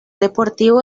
deportivo